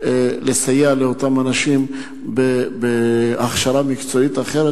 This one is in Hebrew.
לסייע לאותם אנשים בהכשרה מקצועית אחרת,